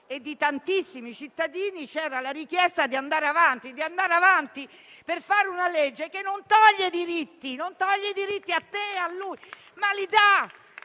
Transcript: e di tantissimi cittadini c'era la richiesta di andare avanti per varare una legge che non toglie diritti, ma li amplia.